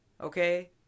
Okay